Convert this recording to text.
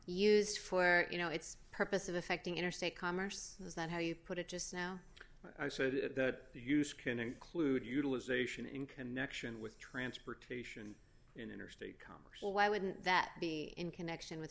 use for you no it's purpose of affecting interstate commerce is that how you put it just now i said that the use can include utilization in connection with transportation in interstate commerce why wouldn't that be in connection with